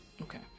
okay